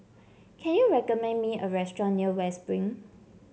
can you recommend me a restaurant near West Spring